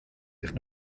sich